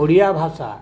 ଓଡ଼ିଆ ଭାଷା